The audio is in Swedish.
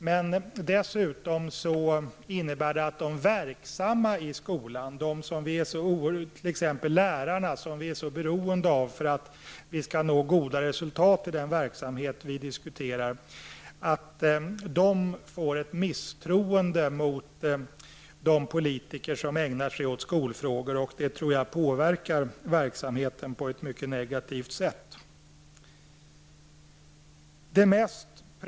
Men de som är verksamma i skolan, t.ex. lärarna som vi är så beroende av för att nå goda resultat i den verksamhet vi diskuterar, får ett misstroende mot de politiker som ägnar sig åt skolfrågor. Det påverkar verksamheten på ett mycket negativt sätt.